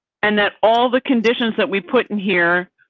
and that all the conditions that we put in here,